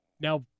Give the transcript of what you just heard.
now